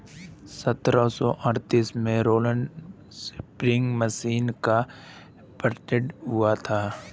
सत्रह सौ अड़तीस में रोलर स्पीनिंग मशीन का पेटेंट हुआ था